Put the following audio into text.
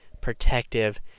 protective